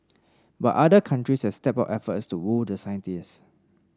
but other countries have stepped up efforts to woo the scientists